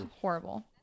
Horrible